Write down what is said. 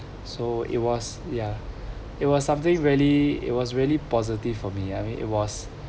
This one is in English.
so it was ya it was something really it was really positive for me I mean it was